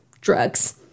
drugs